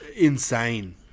insane